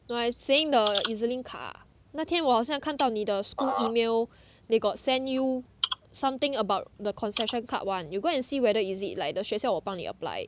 no I saying the E_Z link 卡那天我好像看到你的 school email they got send you something about the concession card [one] you go and see whether is it like the 学校我帮你 apply